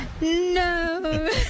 No